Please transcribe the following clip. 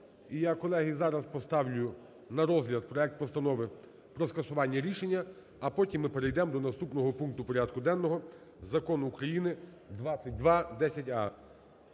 І я, колеги, зараз поставлю на розгляд проект Постанови про скасування рішення, а потім ми перейдемо до наступного пункту порядку денного Закону України 2210а.